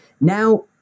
Now